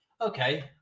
Okay